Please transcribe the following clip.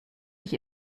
ich